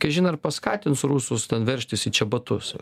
kažin ar paskatins rusus ten veržtis į čia batus